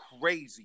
crazy